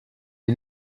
est